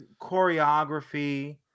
choreography